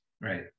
right